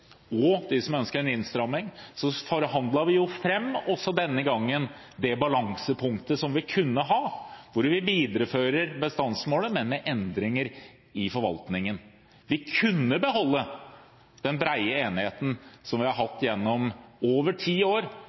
og de som ønsker en innstramming – det balansepunktet vi kunne ha, hvor vi viderefører bestandsmålet, men med endringer i forvaltningen. Vi kunne beholde den brede enigheten vi har hatt i over ti år